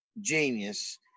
genius